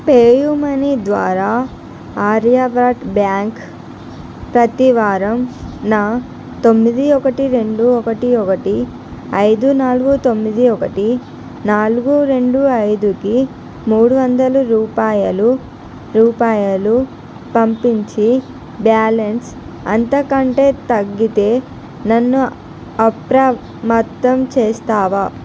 PayU money ద్వారా Aryavart bank ప్రతి వారం నా తొమ్మిది ఒకటి రెండు ఒకటి ఒకటి ఐదు నాలుగు తొమ్మిది ఒకటి నాలుగు రెండు ఐదు కి మూడు వందల రూపాయలు రూపాయలు పంపించి బ్యాలెన్స్ అంతకంటే తగ్గితే నన్ను అప్రమత్తం చేస్తావా